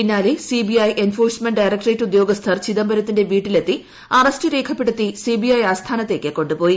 പിന്നാലെ CBI enforcement directorate ഉദ്യോഗസ്ഥർ ചിദംബരത്തിന്റെ വീട്ടിലെത്തി അറസ്റ്റ് രേഖപ്പെടുത്തി സിബിഐ ആസ്ഥാനത്തേക്ക് കൊണ്ടുപോയി